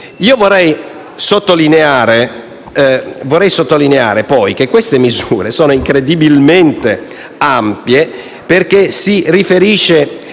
inoltre sottolineare che queste misure sono incredibilmente ampie, perché si riferiscono